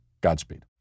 Godspeed